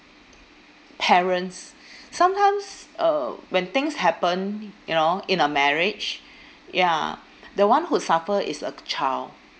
parents sometimes uh when things happen you know in a marriage ya the one who suffer is uh child